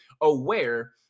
aware